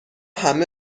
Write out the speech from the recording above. همه